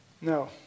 No